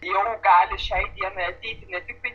jau gali šiai dienai ateiti ne tiktai